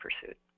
pursuit